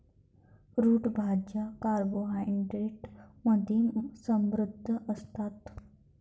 route भाज्या carbohydrates मध्ये समृद्ध असतात